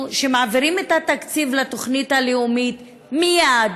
שמעבירים את התקציב לתוכנית הלאומית מייד,